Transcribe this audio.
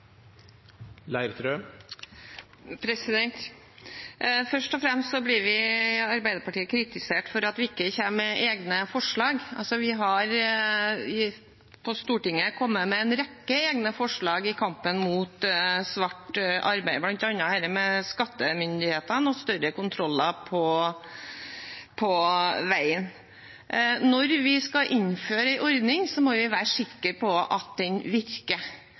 Først og fremst blir vi i Arbeiderpartiet kritisert for at vi ikke kommer med egne forslag. Vi har på Stortinget kommet med en rekke egne forslag i kampen mot svart arbeid, bl.a. når det gjelder skattemyndighetene og større kontroller på veien. Når vi skal innføre en ordning, må vi være sikre på at den virker.